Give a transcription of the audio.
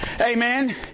amen